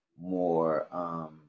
more